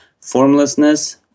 formlessness